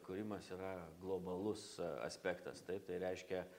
kūrimas yra globalus aspektas taip tai reiškia